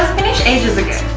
ages ago!